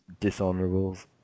Dishonourables